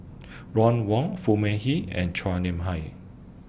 Ron Wong Foo Mee Hee and Chua Nam Hai